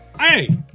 Hey